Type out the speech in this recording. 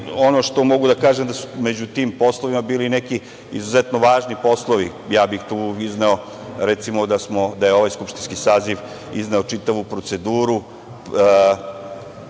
što mogu da kažem je da su među tim poslovima bili neki izuzetno važni poslovi. Tu bih izneo, recimo, da je ovaj skupštinski saziv izneo čitavu proceduru